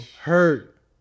hurt